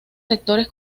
sectores